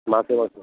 মাসে মাসে